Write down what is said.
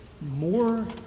more